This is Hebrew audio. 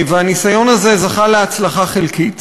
הניסיון הזה זכה בהחלט להצלחה חלקית,